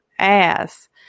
ass